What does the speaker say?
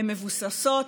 הן מבוססות,